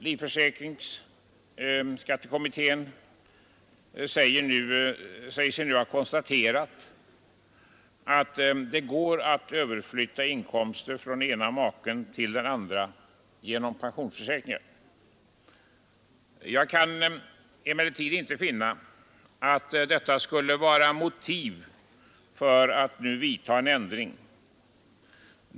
Livförsäkringskommittén säger sig nu ha konstaterat att det går att överflytta inkomster från ena maken till den andre genom en pensionsförsäkring. Jag kan emellertid icke finna att detta skulle vara motiv för att nu vidtaga en ändring.